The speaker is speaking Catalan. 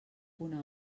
una